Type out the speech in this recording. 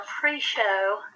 pre-show